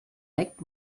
act